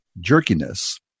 jerkiness